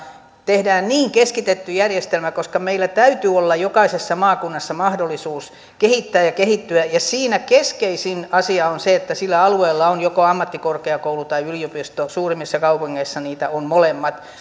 tehdään niin keskitetty järjestelmä meillä täytyy olla jokaisessa maakunnassa mahdollisuus kehittää ja kehittyä ja siinä keskeisin asia on se että sillä alueella on joko ammattikorkeakoulu tai yliopisto suurimmissa kaupungeissa molemmat